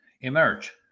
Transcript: emerge